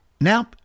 Now